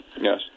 Yes